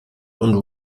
und